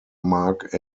mark